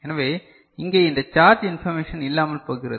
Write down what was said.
எனவே இங்கே இந்த சார்ஜ் இன்பர்மேஷன் இல்லாமல் போகிறது